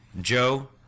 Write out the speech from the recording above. Joe